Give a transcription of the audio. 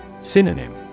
Synonym